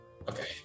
Okay